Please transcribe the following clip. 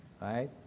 Right